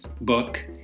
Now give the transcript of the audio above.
book